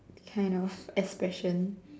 kind of expression